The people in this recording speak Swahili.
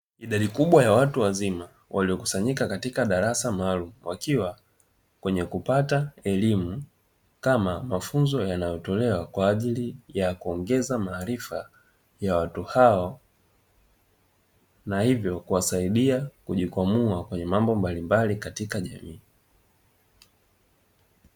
Idadi kubwa ya watu wazima waliokusanyika katika darasa maalumu, wakiwa kwenye kupata elimu kama mafunzo yanayotolewa kwa ajili ya kuongeza maarifa ya watu hao na hivyo kuwasaidia kujikwamua kwenye mambo mbalimbali katika jamii.